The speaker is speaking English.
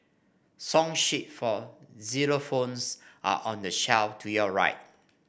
song sheet for xylophones are on the shelf to your right